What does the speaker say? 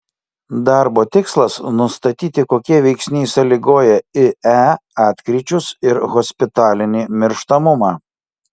darbo tikslas nustatyti kokie veiksniai sąlygoja ie atkryčius ir hospitalinį mirštamumą